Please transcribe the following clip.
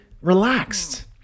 relaxed